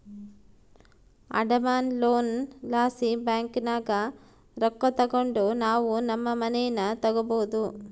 ಅಡಮಾನ ಲೋನ್ ಲಾಸಿ ಬ್ಯಾಂಕಿನಾಗ ರೊಕ್ಕ ತಗಂಡು ನಾವು ನಮ್ ಮನೇನ ತಗಬೋದು